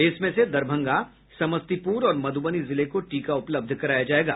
इसमें से दरभंगा समस्तीपुर और मधुबनी जिले को टीका उपलब्ध कराया जायेगा